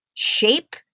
Shape